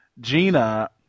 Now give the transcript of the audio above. Gina